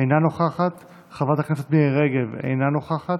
אינה נוכחת, חברת הכנסת מירי רגב, אינה נוכחת,